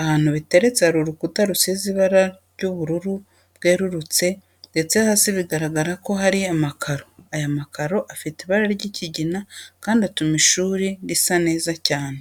Ahantu biteretse hari urukuta rusize ibara ry'ubururu bwerurutse ndetse hasi biragaragara ko hari amakaro. Aya makaro afite ibara ry'ikigina kandi atuma ishuri risa neza cyane.